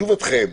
מה תשובתכם?